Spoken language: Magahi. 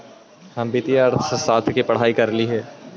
हम वित्तीय अर्थशास्त्र की पढ़ाई करली हे